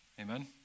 Amen